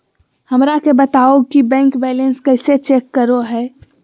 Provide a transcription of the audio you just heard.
हमरा के बताओ कि बैंक बैलेंस कैसे चेक करो है?